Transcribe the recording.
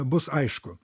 bus aišku